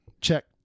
check